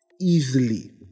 Easily